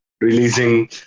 releasing